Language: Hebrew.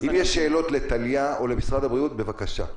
אם יש שאלות לטליה או למשרד הבריאות, בבקשה.